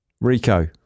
Rico